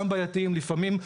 גם בעייתיים לפעמים.